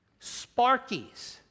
Sparkies